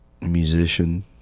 musician